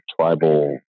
tribal